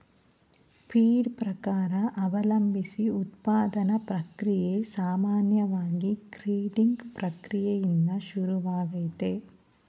feed ಪ್ರಕಾರ ಅವಲಂಬ್ಸಿ ಉತ್ಪಾದನಾ ಪ್ರಕ್ರಿಯೆ ಸಾಮಾನ್ಯವಾಗಿ ಗ್ರೈಂಡಿಂಗ್ ಪ್ರಕ್ರಿಯೆಯಿಂದ ಶುರುವಾಗ್ತದೆ